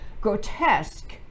grotesque